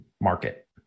market